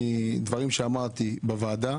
דברים שאמרתי בוועדה